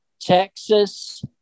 Texas